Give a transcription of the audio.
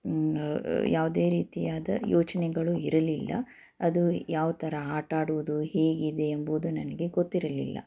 ಯಾವುದೇ ರೀತಿಯಾದ ಯೋಚನೆಗಳು ಇರಲಿಲ್ಲ ಅದು ಯಾವ ಥರ ಆಟ ಆಡುವುದು ಹೇಗಿದೆ ಎಂಬುದು ನನಗೆ ಗೊತ್ತಿರಲಿಲ್ಲ